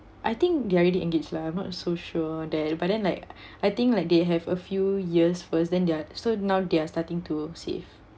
I think they're already engaged lah I'm not so sure that but then like I think like they have a few years first then they're so now they're starting to save